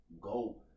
go